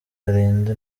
arinda